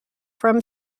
from